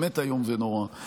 באמת איום ונורא.